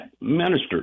ministers